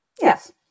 Yes